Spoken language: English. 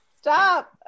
Stop